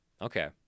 okay